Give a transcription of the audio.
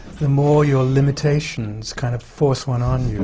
the more your limitations kind of force one on you.